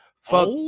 Fuck